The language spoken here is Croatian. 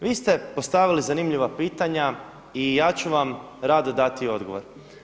Vi ste postavili zanimljiva pitanja i ja ću vam rado dati odgovor.